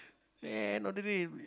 end of the day